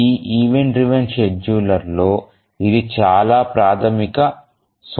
ఈ event driven షెడ్యూలర్లలో ఇది చాలా ప్రాథమిక సూత్రం